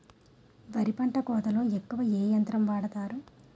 వరి పంట కోతలొ ఎక్కువ ఏ యంత్రం వాడతారు?